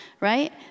right